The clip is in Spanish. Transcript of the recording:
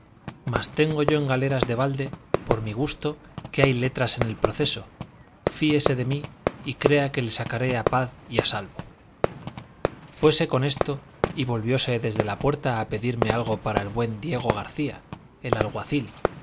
más tengo yo en galeras de balde por mi gusto que hay letras en el proceso fíese de mí y crea que le sacaré a paz y a salvo fuese con esto y volvióse desde la puerta a pedirme algo para el buen diego garcía el alguacil